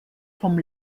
vom